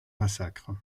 massacres